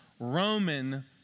Roman